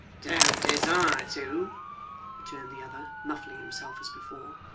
don't desire to returned the other, muffling himself as before.